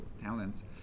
talents